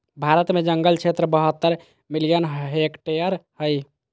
भारत में जंगल क्षेत्र बहत्तर मिलियन हेक्टेयर हइ